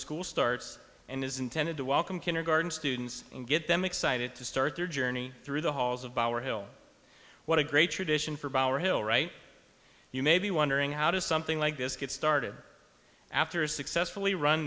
school starts and is intended to welcome kindergarten students and get them excited to start their journey through the halls of power hill what a great tradition from our hill right you may be wondering how does something like this get started after a successfully run